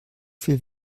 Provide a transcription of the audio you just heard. viel